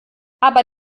aber